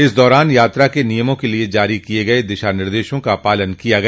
इस दौरान यात्रा के नियमों के लिए जारी किये गये दिशा निर्देशों का पालन किया गया